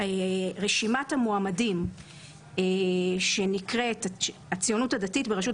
רשימת המועמדים של המפלגה שנקראת "הציונות הדתית בראשות